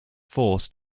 force